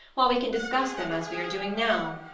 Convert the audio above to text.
while we can discuss them as we are doing now,